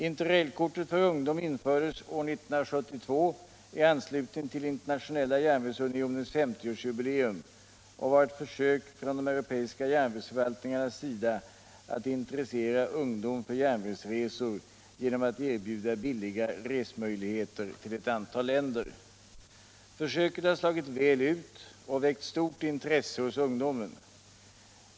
Interrailkortet för ungdom infördes år 1972 i anslutning till Internationella järnvägsunionens 50-årsjubileum och var ett försök från de europeiska järnvägsförvaltningarnas sida att intressera ungdom för järnvägsresor genom att erbjuda billiga resmöjligheter till ett antal länder. Försöket har slagit väl ut och väckt stort intresse hos ungdomen.